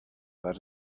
that